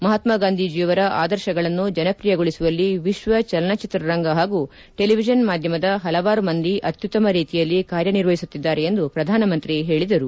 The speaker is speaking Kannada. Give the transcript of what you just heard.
ಮಹಾತ್ನಾ ಗಾಂಧೀಜಿ ಆದರ್ಶಗಳನ್ನು ಜನಪ್ರಿಯಗೊಳಿಸುವಲ್ಲಿ ವಿಶ್ವ ಚಲನಚಿತ್ರರಂಗ ಹಾಗೂ ಟೆಲಿವಿಷನ್ ಮಾಧ್ಯಮದ ಪಲವಾರು ಮಂದಿ ಅತ್ಯುತ್ತಮ ರೀತಿಯಲ್ಲಿ ಕಾರ್ಯನಿರ್ವಹಿಸುತ್ತಿದ್ದಾರೆ ಎಂದು ಪ್ರಧಾನಮಂತ್ರಿ ಹೇಳಿದರು